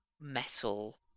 metal